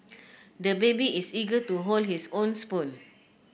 the baby is eager to hold his own spoon